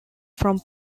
from